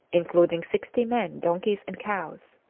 including sixty men, donkeys, and cows.